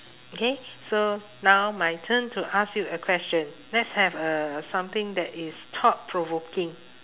okay so now my turn to ask you a question let's have uh something that is thought provoking